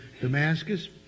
Damascus